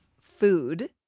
food